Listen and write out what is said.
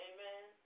Amen